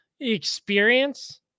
experience